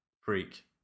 freak